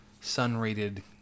sun-rated